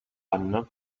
anno